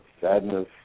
sadness